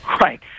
Right